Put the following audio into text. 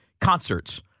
concerts